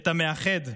את המאחד,